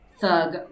Thug